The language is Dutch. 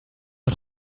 een